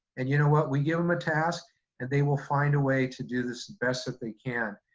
and you know what, we give them a task and they will find a way to do this the best that they can.